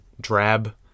drab